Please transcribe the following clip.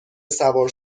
سوار